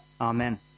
Amen